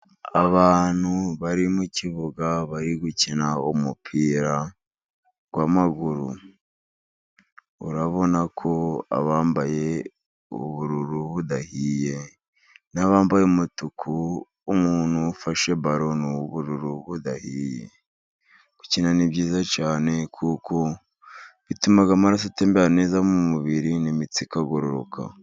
Abantu bari mu kibuga bari gukina umupira w'amaguru. Urabona ko abambaye ubururu budahiye n'abambaye umutuku, umuntu ufashe baro ni uw'ubururu budahiye. Gukina ni byiza cyane, kuko bituma amaraso atembera neza mu mubiri, n'imitsi ikagororoka.